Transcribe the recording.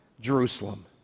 Jerusalem